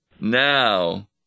now